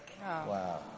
Wow